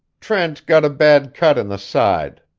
trent got a bad cut in the side.